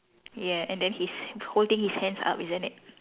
yeah and then he's holding his hands up isn't it